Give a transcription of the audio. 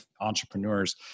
entrepreneurs